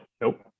Nope